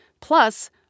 Plus